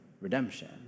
redemption